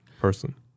person